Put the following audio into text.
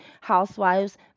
Housewives